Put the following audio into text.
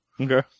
Okay